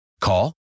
Call